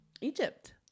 egypt